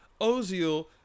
Ozil